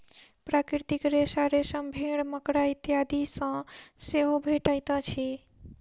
प्राकृतिक रेशा रेशम, भेंड़, मकड़ा इत्यादि सॅ सेहो भेटैत अछि